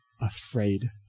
afraid